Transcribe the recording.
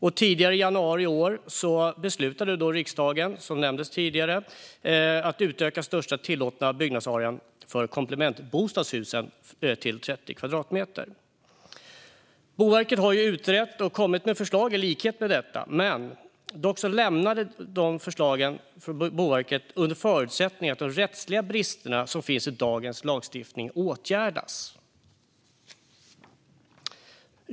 I januari i år beslutade riksdagen som tidigare nämnts att utöka största tillåtna byggnadsarea för komplementbostadshus till 30 kvadratmeter. Boverket har utrett och kommit med förslag i likhet med detta. Dock lämnades förslagen från Boverket under förutsättning att de rättsliga brister som finns i dagens lagstiftning åtgärdas.